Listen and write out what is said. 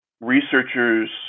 Researchers